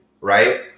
right